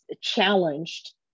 challenged